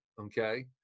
okay